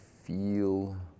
Feel